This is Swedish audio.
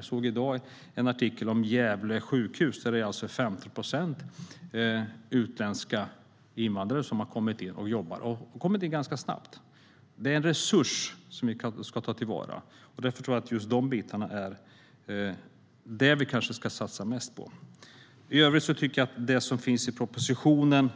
Jag såg i dag en artikel om Gävle sjukhus. 50 procent av dem som arbetar där är invandrare, och de har kommit in ganska snabbt. Det är en resurs som vi ska ta till vara. Därför tror jag att det är dessa delar som vi ska satsa mest på. I övrigt tycker jag att det som står i propositionen